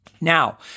Now